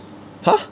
!huh!